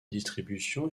distribution